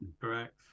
Correct